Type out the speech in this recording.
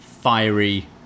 fiery